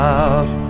out